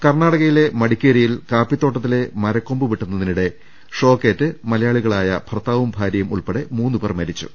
കർണാടകയിലെ മടിക്കേരിയിൽ കാപ്പിത്തോട്ടത്തിലെ മര ക്കൊമ്പ് വെട്ടുന്നതിനിടെ ഷോക്കേറ്റ് മലയാളികളായ ഭർത്താവും ഭാര്യയും ഉൾപ്പെടെ മൂന്ന് പേർ മരിച്ചു